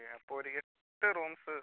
okay അപ്പോൾ ഒരു എട്ട് റൂംസ്